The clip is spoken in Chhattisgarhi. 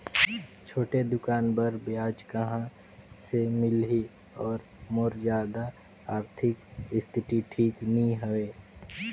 छोटे दुकान बर ब्याज कहा से मिल ही और मोर जादा आरथिक स्थिति ठीक नी हवे?